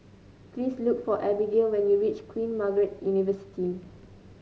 please look for Abigail when you reach Queen Margaret University